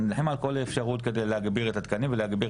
אנחנו נילחם על כל האפשרויות כדי להגביר את התקנים ולהגביר